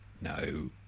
No